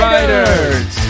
Riders